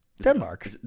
Denmark